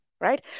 right